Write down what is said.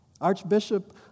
Archbishop